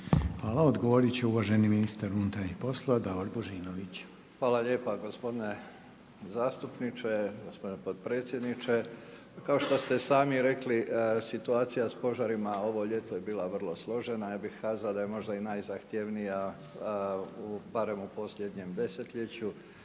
Hvala. Odgovoriti će uvaženi ministar unutarnjih poslova Davor Božinović. **Božinović, Davor (HDZ)** Hvala lijepa gospodine zastupniče, gospodine potpredsjedniče. Kao što ste i sami rekli situacija sa požarima ovo ljeto je bila vrlo složena, ja bih kazao da je možda i najzahtjevnija barem u posljednjem desetljeću.